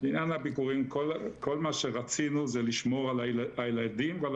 כל מה שרצינו זה לשמור על הילדים ועל